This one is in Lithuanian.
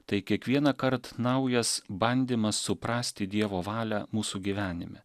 tai kiekvienąkart naujas bandymas suprasti dievo valią mūsų gyvenime